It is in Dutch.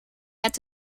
met